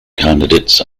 candidates